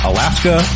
Alaska